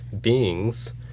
beings